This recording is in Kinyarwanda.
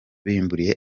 wabimburiye